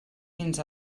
fins